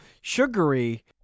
sugary